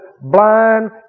blind